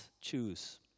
choose